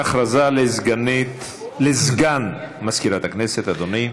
הודעה לסגן מזכירת הכנסת, אדוני.